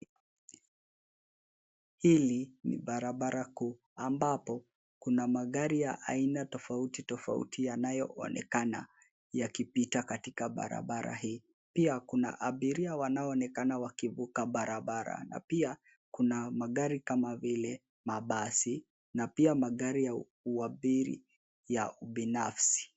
Hili ni barabara kuu ambapo kuna aina ya magari tofauti tofauti yanayoonekana yakipita katika barabara hii pia kuna abiria wanaonekana wakivuka barabara, na pia kuna magari kama vile mabasi na pia magari ya uabiri ya ubinafsi.